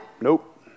Nope